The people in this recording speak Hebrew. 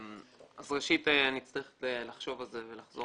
ראשית, אני צריך לחשוב על זה ולחזור אליך.